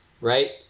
right